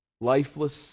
lifeless